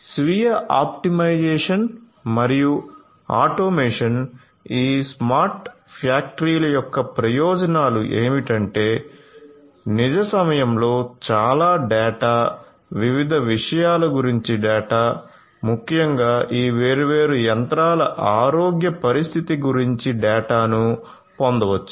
స్వీయ ఆప్టిమైజేషన్ మరియు ఆటోమేషన్ ఈ స్మార్ట్ ఫ్యాక్టరీల యొక్క ప్రయోజనాలు ఏమిటంటే నిజ సమయంలో చాలా డేటా వివిధ విషయాల గురించి డేటా ముఖ్యంగా ఈ వేర్వేరు యంత్రాల ఆరోగ్య పరిస్థితి గురించి డేటాను పొందవచ్చు